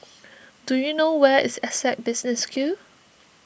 do you know where is Essec Business School